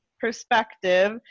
perspective